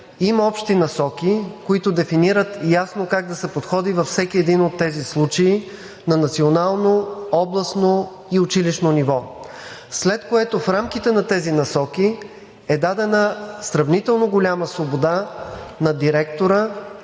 Има общи насоки, които дефинират ясно как да се подходи във всеки един от тези случаи на национално, областно и училищно ниво, след което в рамките на тези насоки е дадена сравнително голяма свобода на директора,